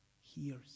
hears